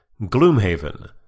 Gloomhaven